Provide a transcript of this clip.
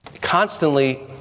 constantly